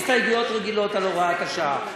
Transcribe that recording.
חוץ מהסתייגויות רגילות על הוראת השעה.